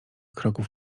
kroków